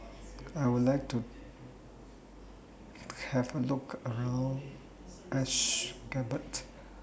I Would like to Have A Look around Ashgabat